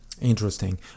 Interesting